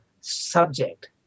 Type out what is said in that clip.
subject